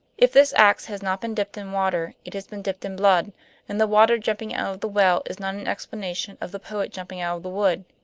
if this ax has not been dipped in water, it has been dipped in blood and the water jumping out of the well is not an explanation of the poet jumping out of the wood.